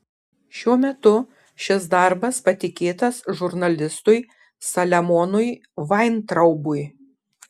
šiuo metu šis darbas patikėtas žurnalistui saliamonui vaintraubui